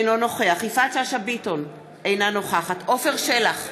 אינו נוכח יפעת שאשא ביטון, אינה נוכחת עפר שלח,